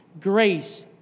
grace